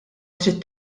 trid